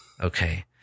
Okay